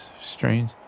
strange